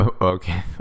Okay